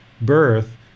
birth